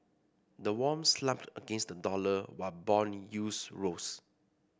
the won slumped against the dollar while bond yields rose